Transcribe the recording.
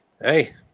Hey